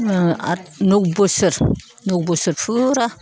आद नौ बोसोर नौ बोसोर फुरा